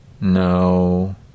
no